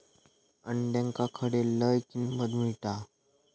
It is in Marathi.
अंड्याक खडे लय किंमत मिळात?